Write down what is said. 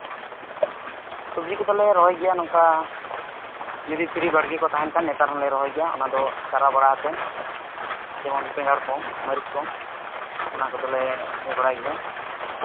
ᱥᱚᱵᱡᱤ ᱠᱚᱫᱚᱞᱮ ᱨᱚᱦᱚᱭ ᱜᱮᱭᱟ ᱱᱚᱝᱠᱟ ᱡᱩᱫᱤ ᱯᱷᱨᱤ ᱵᱟᱲᱜᱮ ᱠᱚ ᱛᱟᱦᱮᱱ ᱠᱷᱟᱱ ᱱᱮᱛᱟᱨ ᱦᱚᱸᱞᱮ ᱨᱚᱦᱚᱭ ᱜᱮᱭᱟ ᱚᱱᱟ ᱫᱚ ᱪᱟᱨᱟ ᱵᱟᱲᱟ ᱠᱟᱛᱮᱫ ᱡᱮᱢᱚᱱ ᱵᱮᱸᱜᱟᱲ ᱠᱚ ᱢᱟᱹᱨᱤᱪ ᱠᱚ ᱚᱱᱟ ᱠᱚᱫᱚ ᱞᱮ ᱨᱚᱦᱚᱭ ᱵᱟᱲᱟᱭ ᱜᱮᱭᱟ